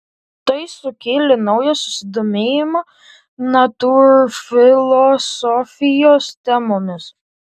tai sukėlė naują susidomėjimą natūrfilosofijos temomis